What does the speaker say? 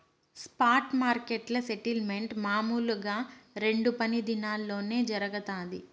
spot మార్కెట్ల settlement మామూలుగా రెండు పని దినాల్లోనే జరగతాది